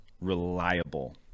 reliable